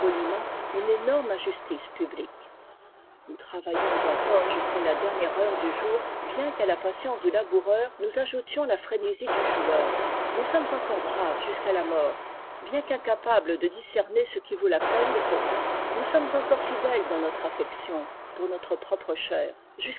une énorme injustice publique nous travaillons encore jusqu'à la dernière heure du jour bien qu'à la patience du laboureur nous ajoutions la frénésie du joueur nous sommes encore braves jusqu'à la mort bien qu'incapables de discerner ce qui vaut la peine de se battre nous sommes encore fidèles dans notre affection pour notre propre chair